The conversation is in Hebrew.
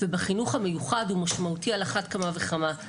ובחינוך המיוחד הוא משמעותי על אחת כמה וכמה.